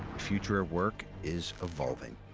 future of work is evolving.